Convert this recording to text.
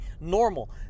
normal